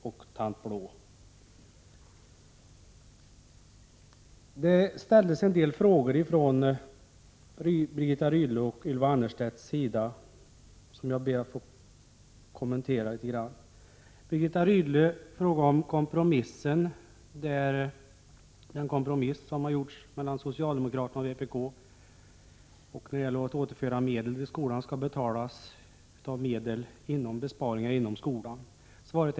Birgitta Rydle och Ylva Annerstedt ställde en del frågor till mig som jag skulle vilja kommentera litet grand. Birgitta Rydle frågade om socialdemokraternas och vpk:s kompromiss när det gäller att återföra medel till skolan skall betalas genom besparingar inom skolans område.